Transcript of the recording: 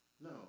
No